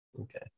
Okay